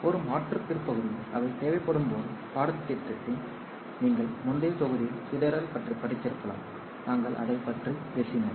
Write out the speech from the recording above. ஒரு மற்றும்பிற்பகுதியில் அவை தேவைப்படும்போதுபாடத்தின்நீங்கள் முந்தைய தொகுதியில் சிதறல் பற்றி படித்திருக்கலாம் நாங்கள் அதைப் பற்றி பேசினோம்